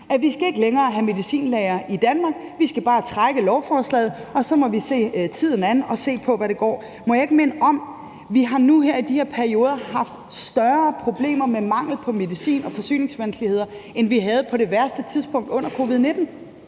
at vi ikke længere skal have medicinlagre i Danmark; lovforslaget skal bare trækkes tilbage, og så må vi se tiden an og se, om det går. Jeg vil gerne minde om, at vi nu i de her perioder haft større problemer med mangel på medicin og forsyningsvanskeligheder, end vi havde på det værste tidspunkt under covid-19.